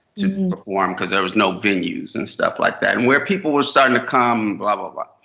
to perform. because there was no venues and stuff like that. and where people were starting to come, blah-blah-blah.